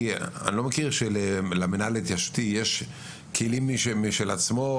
כי אני לא מכיר שלמינהל ההתיישבותי יש כלים משל עצמו,